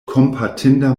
kompatinda